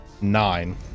nine